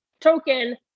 token